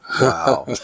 wow